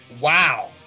wow